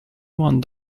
one